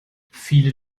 viele